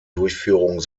durchführung